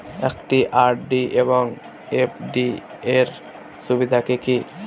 একটি আর.ডি এবং এফ.ডি এর সুবিধা কি কি?